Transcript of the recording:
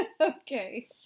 Okay